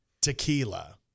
tequila